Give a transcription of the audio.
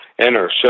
Enter